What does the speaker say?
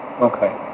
Okay